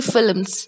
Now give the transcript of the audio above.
Films